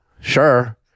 Sure